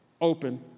open